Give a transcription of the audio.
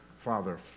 Father